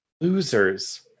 Losers